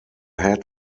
head